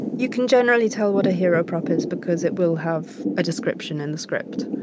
you can generally tell what a hero prop is because it will have a description in the script.